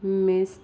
mist